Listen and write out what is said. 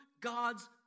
God's